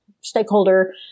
stakeholder